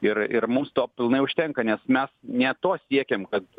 ir ir mums to pilnai užtenka nes mes ne to siekiam kad